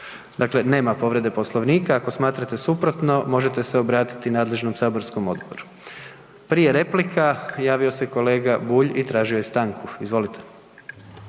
Dakle, nema povrede Poslovnika, ako smatrate suprotno možete se obratiti nadležnom saborskom odboru. Prije replika javio se kolega Bulj i tražio je stanku, izvolite.